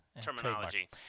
Terminology